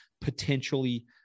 potentially